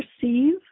perceive